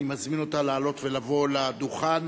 אני מזמין אותה לעלות ולבוא לדוכן